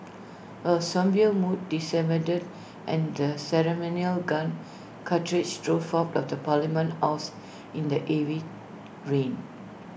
A sombre mood descended and the ceremonial gun carriage drove out of parliament house in the heavy rain